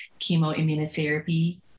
chemoimmunotherapy